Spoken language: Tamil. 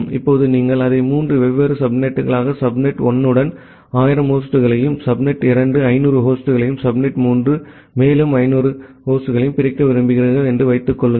இப்போது நீங்கள் அதை மூன்று வெவ்வேறு சப்நெட்களாக சப்நெட் 1 உடன் 1000 ஹோஸ்ட்களையும் சப்நெட் 2 500 ஹோஸ்ட்களையும் சப்நெட் 3 ஐ மேலும் 500 ஹோஸ்ட்களையும் பிரிக்க விரும்புகிறீர்கள் என்று வைத்துக் கொள்ளுங்கள்